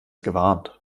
gewarnt